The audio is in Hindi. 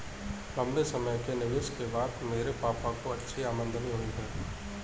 लंबे समय के निवेश के बाद मेरे पापा को अच्छी आमदनी हुई है